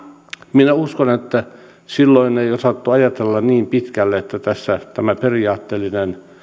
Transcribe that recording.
minä uskon että silloin ei osattu ajatella niin pitkälle että tämä periaatteellinen